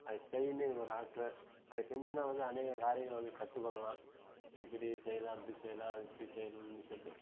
அதை செய்யணும் எனக்கு ஒரு ஆசை அதை செஞ்சோம்ன்னா வந்து அனேக காரியங்கள் வந்து கற்றுக் கொள்ளலாம் இப்படி செய்யலாம் அப்படி செய்யலாம் இப்படி செய்யணும்ன்னு சொல்லிட்டு